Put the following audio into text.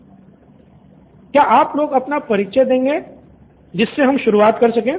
student 1 क्या आप लोग अपना परिचय देंगे जिससे हम शुरुआत कर सके